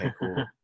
cool